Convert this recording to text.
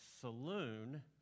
saloon